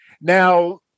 Now